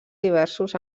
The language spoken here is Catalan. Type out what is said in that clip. diversos